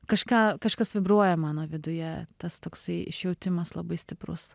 kažką kažkas vibruoja mano viduje tas toksai švietimas labai stiprus